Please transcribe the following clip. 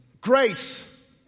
Grace